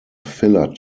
filler